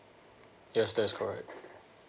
yes that's correct